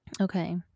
Okay